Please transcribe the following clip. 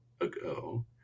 ago